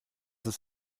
ist